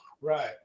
Right